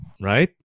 right